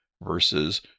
versus